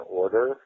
order